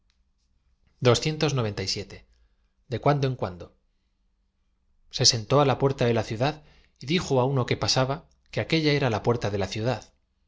saben servirse de ellos e cuando en cuando se sentó á la puerta de la ciudad y dijo á uno que pasaba que aquella era la puerta de la ciudad